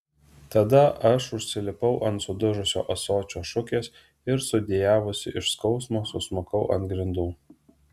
tada aš užsilipau ant sudužusio ąsočio šukės ir sudejavusi iš skausmo susmukau ant grindų